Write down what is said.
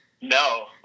no